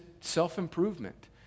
self-improvement